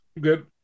good